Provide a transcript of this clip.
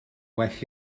well